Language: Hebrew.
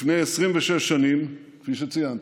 לפני 26 שנים, כפי שציינת,